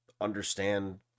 understand